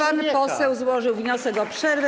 Pan poseł złożył wniosek o przerwę.